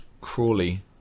Crawley